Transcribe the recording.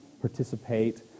participate